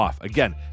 Again